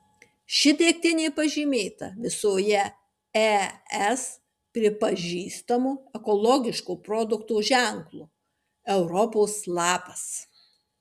ši degtinė pažymėta visoje es pripažįstamu ekologiško produkto ženklu europos lapas